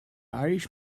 irish